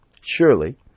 Surely